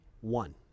one